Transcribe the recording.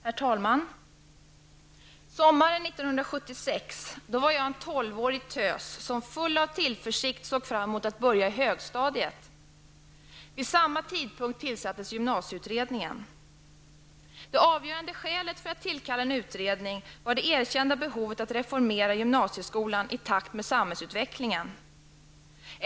Herr talman! Sommaren 1976 var jag en tolvårig tös som full av tillförsikt såg fram emot att få börja i högstadiet. Vid samma tidpunkt tillsattes gymnasieutredningen. Det avgörande skälet för att tillkalla en utredning var det erkända behovet av att reformera gymnasieskolan i takt med samhällsutvecklingen.